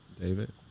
David